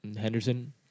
Henderson